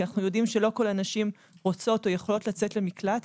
אנו יודעים שלא כל הנשים רוצות או יכולות לצאת למקלט.